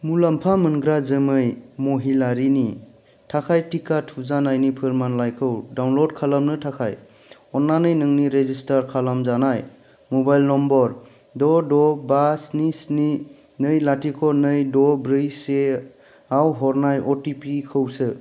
मुलामफा मोनग्रा जोमै महिलारिनि थाखाय टिका थुजानायनि फोरमानलाइखौ डाउनलड खालामनो थाखाय अन्नानै नोंनि रेजिस्टार खालामजानाय मबाइल नाम्बार द' द' बा स्नि स्नि नै लाथिख' नै द' ब्रै सेआव हरनाय अ टि पि खौ सो